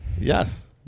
Yes